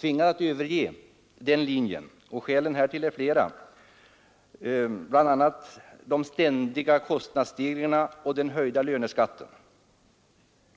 tvingats överge den linjen. Skälen härtill är bl.a. de ständiga kostnadsstegringarna och den höjda löneskatten.